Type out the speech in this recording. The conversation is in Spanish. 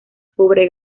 pobre